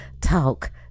talk